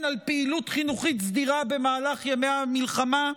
על פעילות חינוכית סדירה במהלך ימי המלחמה?